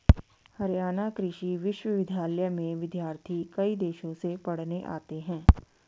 हरियाणा कृषि विश्वविद्यालय में विद्यार्थी कई देशों से पढ़ने आते हैं